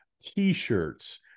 T-shirts